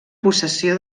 possessió